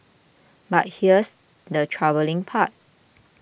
but here's the troubling part